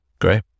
Great